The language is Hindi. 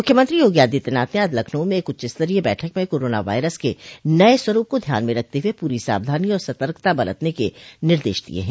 मुख्यमंत्री योगी आदित्यनाथ ने आज लखनऊ में एक उच्चस्तरीय बैठक में कोरोना वायरस के नये स्वरूप को ध्यान में रखते हुए पूरी सावधानी और सतर्कता बरतने के निर्देश दिये हैं